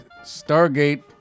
Stargate